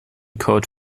code